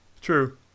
True